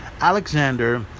Alexander